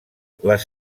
les